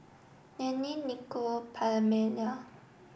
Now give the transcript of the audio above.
Lynette Nikko Pamelia